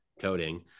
coding